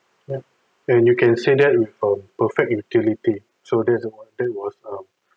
then you can say that with um perfect utility so that that was um